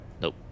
Nope